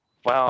Wow